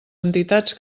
entitats